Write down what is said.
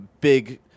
big